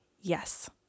yes